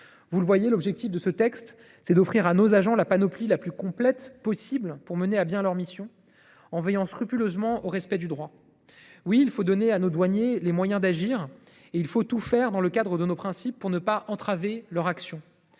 Vous le voyez, l’objectif de ce texte est d’offrir à nos agents la panoplie la plus complète possible, afin qu’ils puissent mener à bien leurs missions, en veillant scrupuleusement au respect du droit. Oui, il faut donner à nos douaniers les moyens d’agir et il faut tout faire, dans le cadre de nos principes, pour ne pas entraver leur action.